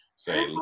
Say